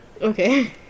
Okay